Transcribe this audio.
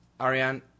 Ariane